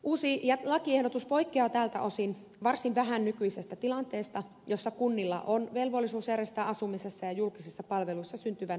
uusi lakiehdotus poikkeaa tältä osin varsin vähän nykyisestä tilanteesta jossa kunnilla on velvollisuus järjestää asumisessa ja julkisissa palveluissa syntyvän yhdyskuntajätteen jätehuolto